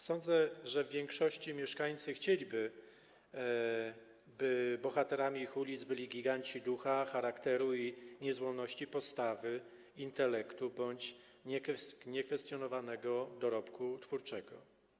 Sądzę, że w większości mieszkańcy chcieliby, by bohaterami ich ulic byli giganci ducha, charakteru i niezłomności postawy, intelektu bądź niekwestionowanego dorobku twórczego.